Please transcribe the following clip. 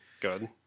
Good